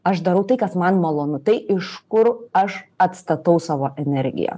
aš darau tai kas man malonu tai iš kur aš atstatau savo energiją